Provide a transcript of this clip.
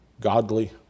Godly